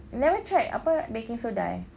you never tried apa baking soda eh